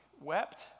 wept